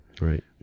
Right